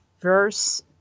verse